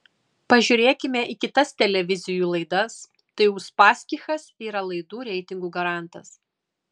pažiūrėkime į kitas televizijų laidas tai uspaskichas yra laidų reitingų garantas